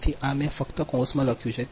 તેથી આ મેં ફક્ત કૌંસમાં લખ્યું છે